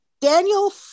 Daniel